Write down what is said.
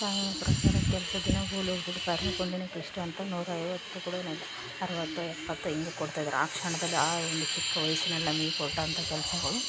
ಕಾನೂನಿನ ಪ್ರಕಾರ ಕೆಲಸ ದಿನಗೂಲಿ ಒಂದು ದಿನಕ್ಕೆ ಇಷ್ಟು ಅಂತ ನೂರ ಐವತ್ತು ಅರವತ್ತು ಎಪ್ಪತ್ತು ಹೀಗೆ ಕೊಡ್ತಾ ಇದ್ದರು ಆ ಕ್ಷಣದಲ್ಲೇ ಆ ಒಂದು ಚಿಕ್ಕ ವಯಸ್ಸಿನಲ್ಲಿ ನಮಗೆ ಕೊಟ್ಟಂಥ ಕೆಲಸಗಳು